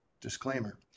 disclaimer